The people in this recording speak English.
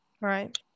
Right